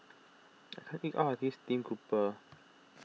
I can't eat all of this Stream Grouper